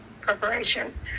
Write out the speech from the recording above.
preparation